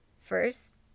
First